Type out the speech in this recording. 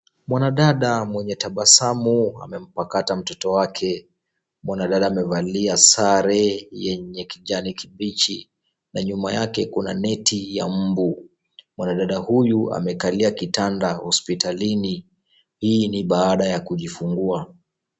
Mwanadada mwenye tabasamu amempakata mtoto wake, mwanadada amevalia sare yenye kijani kibichi na nyuma yake kuna neti ya mbu, mwanadada huyu amekalia kitanda hospitalini hii ni baada ya kujifunguwa.